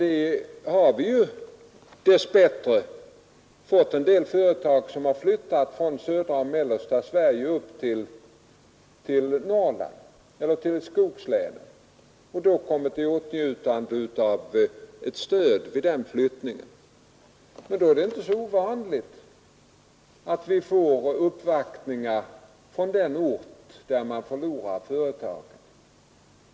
samordningen Dess bättre har en del företag flyttat från södra och mellersta Sverige upp — ”ellan arbetsmarktill Norrland eller till skogslänen och vid den flyttningen kommit i nadspolitiken, lo åtnjutande av ett stöd. Men då är det inte ovanligt att vi får RENEE uppvaktningar från den ort som förlorar företaget.